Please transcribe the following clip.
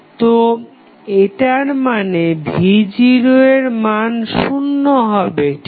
তো এটার মানে v0 এর মান শুন্য হবে ঠিক